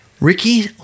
Ricky